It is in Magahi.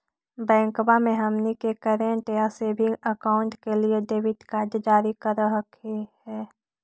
बैंकवा मे हमनी के करेंट या सेविंग अकाउंट के लिए डेबिट कार्ड जारी कर हकै है?